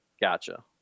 Gotcha